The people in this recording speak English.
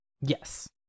yes